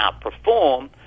outperform